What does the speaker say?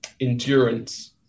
Endurance